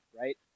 Right